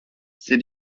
c’est